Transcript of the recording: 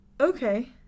Okay